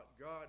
God